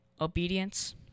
obedience